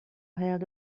held